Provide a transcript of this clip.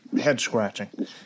head-scratching